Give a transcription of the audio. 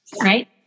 Right